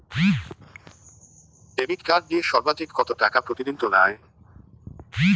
Debit card দিয়ে সর্বাধিক কত টাকা প্রতিদিন তোলা য়ায়?